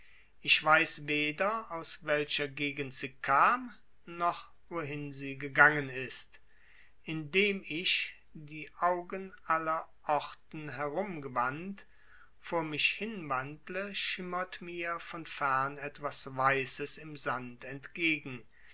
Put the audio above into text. ich weiß weder aus welcher gegend sie kam noch wohin sie gegangen ist indem ich die augen aller orten herum gewandt vor mich hinwandle schimmert mir von fern etwas weißes im sand entgegen